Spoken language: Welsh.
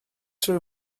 rhyw